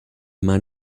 man